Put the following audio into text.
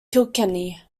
kilkenny